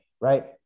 right